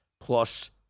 plus